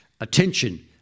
attention